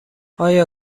آیا